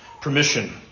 permission